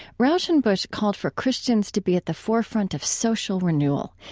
rauschenbusch called for christians to be at the forefront of social renewal,